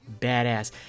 badass